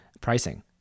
pricing